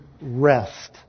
rest